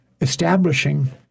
establishing